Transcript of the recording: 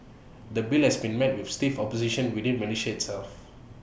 the bill has been met with stiff opposition within Malaysia itself